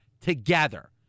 together